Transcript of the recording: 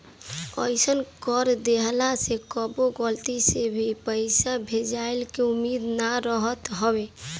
अइसन कर देहला से कबो गलती से भे पईसा भेजइला के उम्मीद ना रहत हवे